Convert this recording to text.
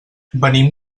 venim